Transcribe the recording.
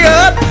up